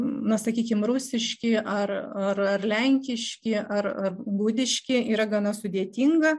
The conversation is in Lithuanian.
na sakykim rusiški ar ar lenkiški ar ar gudiški yra gana sudėtinga